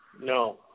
No